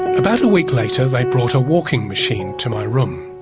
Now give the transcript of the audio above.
about a week later they brought a walking machine to my room,